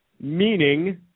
Meaning